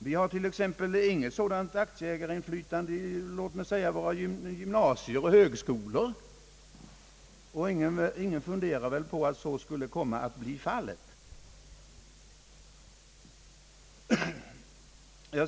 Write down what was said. Det finns inget sådant aktieägarinflytande i t.ex. våra gymnasier och högskolor, och ingen funderar väl på att så skulle komma att bli fallet.